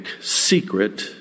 secret